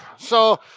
so,